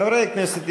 חברי הכנסת,